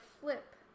flip